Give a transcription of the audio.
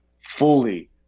fully